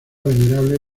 venerable